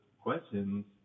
questions